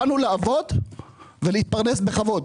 באנו לעבוד ולהתפרנס בכבוד.